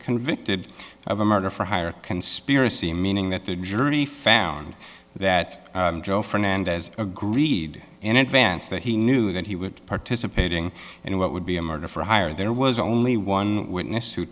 convicted of a murder for hire conspiracy meaning that the jury found that joe fernandez agreed in advance that he knew that he would participating in what would be a murder for hire there was only one witness